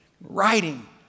writing